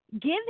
give